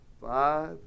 five